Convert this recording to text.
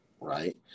right